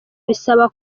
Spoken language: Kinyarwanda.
bisaba